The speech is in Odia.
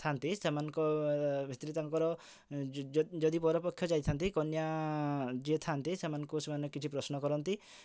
ଥାନ୍ତି ସେମାନଙ୍କ ସ୍ତ୍ରୀ ତାଙ୍କର ଯଦି ବର ପକ୍ଷ ଯାଇଥାନ୍ତି କନ୍ୟା ଯିଏ ଥାନ୍ତି ସେମାନଙ୍କୁ ସେମାନେ କିଛି ପ୍ରଶ୍ନ କରନ୍ତି